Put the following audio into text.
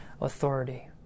authority